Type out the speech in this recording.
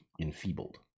enfeebled